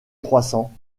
croissant